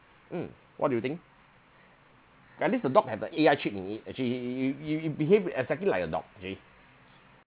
mm what do you think at least the dog have a A_I chip in it actually it it it it it behave exactly like a dog actually